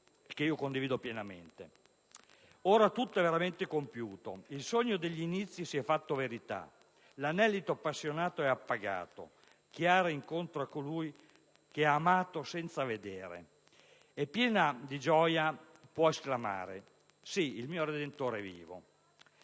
«Ora tutto è veramente compiuto: il sogno degli inizi si è fatto verità, l'anelito appassionato è appagato: Chiara incontra Colui che ha amato senza vedere e piena di gioia può esclamare: sì, il mio redentore è vivo!».